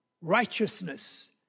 righteousness